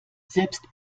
selbst